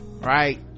right